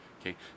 okay